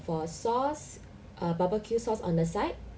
for sauce err barbecue sauce on the side